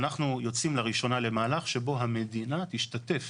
אנחנו יוצאים לראשונה למהלך שבו המדינה תשתתף